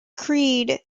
creed